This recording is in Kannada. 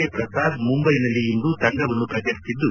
ಕೆ ಪ್ರಸಾದ್ ಮುಂದೈನಲ್ಲಿ ಇಂದು ತಂಡವ್ನು ಪ್ರಕಟಿಸಿದ್ದು